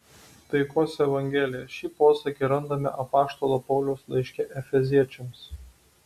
taikos evangelija šį posakį randame apaštalo pauliaus laiške efeziečiams